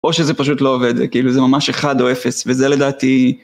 או שזה פשוט לא עובד, כאילו זה ממש אחד או אפס, וזה לדעתי...